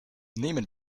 nehmen